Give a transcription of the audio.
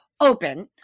open